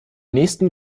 nächsten